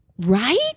Right